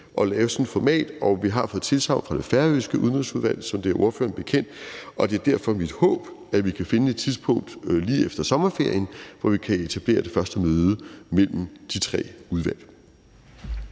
at lave sådan et format. Og vi har fået tilsagn fra det færøske udenrigsudvalg, som det er ordføreren bekendt, og det er derfor mit håb, at vi kan finde et tidspunkt lige efter sommerferien, hvor vi kan etablere det første møde mellem de tre udvalg.